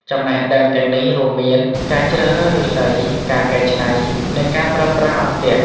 ចំណេះដឹងទាំងនេះរួមមាន ការជ្រើសរើសឫស្សី ការកែច្នៃ និងការប្រើប្រាស់អន្ទាក់។